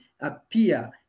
appear